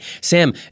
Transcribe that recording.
Sam